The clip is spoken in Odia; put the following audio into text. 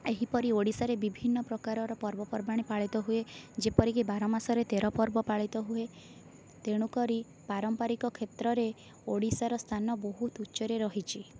ଏହିପରି ଓଡ଼ିଶାରେ ବିଭିନ୍ନ ପ୍ରକାରର ପର୍ବପର୍ବାଣୀ ପାଳିତ ହୁଏ ଯେପରିକି ବାର ମାସରେ ତେର ପର୍ବ ପାଳିତ ହୁଏ ତେଣୁ କରି ପାରମ୍ପାରିକ କ୍ଷେତ୍ରରେ ଓଡ଼ିଶାର ସ୍ଥାନ ବହୁତ ଉଚ୍ଚରେ ରହିଛି